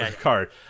card